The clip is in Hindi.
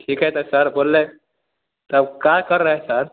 ठीक है ना सर बोल रहे तब का कर रहे हैं सर